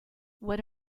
what